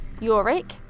Yorick